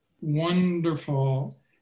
wonderful